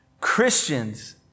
Christians